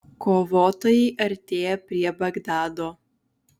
kovotojai artėja prie bagdado